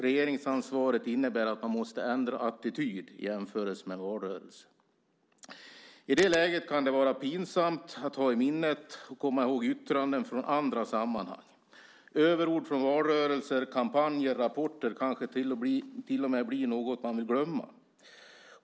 Regeringsansvaret innebär att man måste ändra attityd jämfört med under valrörelsen. I det läget kan det vara pinsamt att ha i minnet och komma ihåg yttranden från andra sammanhang. Överord från valrörelser, kampanjer och rapporter kanske till och med blir något man vill glömma.